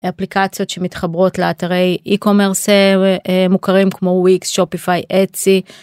אפליקציות שמתחברות לאתרי e-commerce מוכרים כמו weeks shopify adsy